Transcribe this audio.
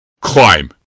Climb